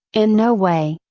in no way,